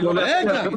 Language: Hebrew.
עשיתם סלקציה.